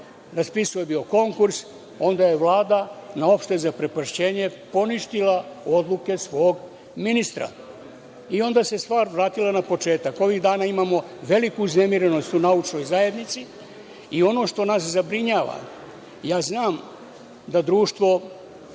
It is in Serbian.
raspisao je bio konkurs, onda je Vlada na opšte zaprepašćenje poništila odluke svog ministra i onda se stvar vratila na početak. Ovih dana imamo veliku uznemirenost u naučnoj zajednici. Ono što nas zabrinjava, ja znam da društvo